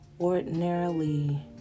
ordinarily